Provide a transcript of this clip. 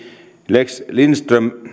lex lindström